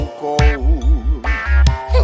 cold